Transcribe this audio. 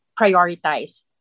prioritize